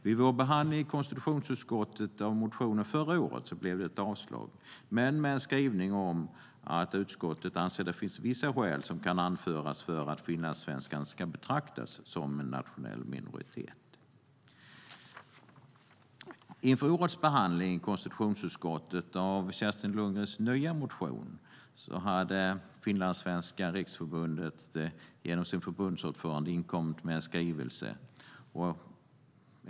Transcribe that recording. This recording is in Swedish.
Vid vår behandling i konstitutionsutskottet av motionen förra året blev det ett avslag, men med en skrivning om att utskottet ansåg att vissa skäl kunde anföras som grund för att finlandssvenskarna ska betraktas som en nationell minoritet. Inför årets behandling i konstitutionsutskottet av Kerstin Lundgrens nya motion hade Finlandssvenskarnas Riksförbund genom sin förbundsordförande inkommit med en skrivelse.